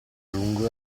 lungo